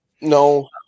No